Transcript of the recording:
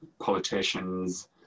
politicians